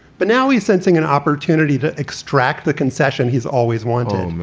but now he's sensing an opportunity to extract the concession he's always wanted.